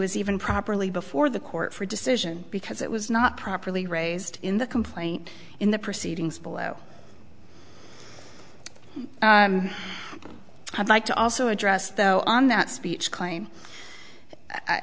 is even properly before the court for decision because it was not properly raised in the complaint in the proceedings below i'd like to also address though on that speech claim i